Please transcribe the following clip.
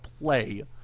play